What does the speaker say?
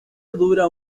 dura